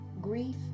Grief